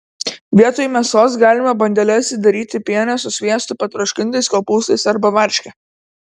vietoj mėsos galima bandeles įdaryti piene su sviestu patroškintais kopūstais arba varške